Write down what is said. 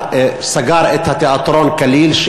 סגר את התיאטרון כליל,